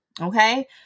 okay